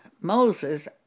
Moses